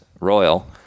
Royal